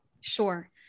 Sure